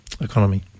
economy